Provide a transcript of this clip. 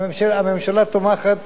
הממשלה תומכת